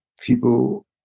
people